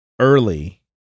early